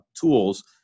tools